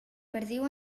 perdiu